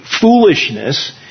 foolishness